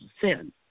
sin